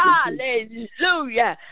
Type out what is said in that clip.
Hallelujah